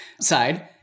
side